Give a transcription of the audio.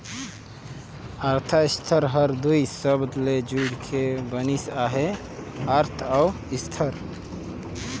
अर्थसास्त्र हर दुई सबद ले जुइड़ के बनिस अहे अर्थ अउ सास्त्र